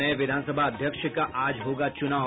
नये विधानसभा अध्यक्ष का आज होगा चूनाव